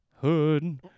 hood